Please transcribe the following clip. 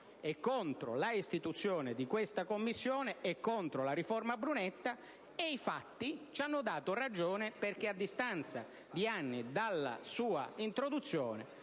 contro la istituzione di questa Commissione e contro la riforma Brunetta, e i fatti ci hanno dato ragione, perché a distanza di anni dalla sua introduzione